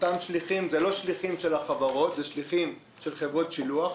אותם שליחים הם לא שליחים של החברות אלא אלו שליחים של חברות שילוח.